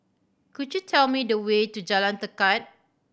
could you tell me the way to Jalan Tekad